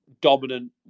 dominant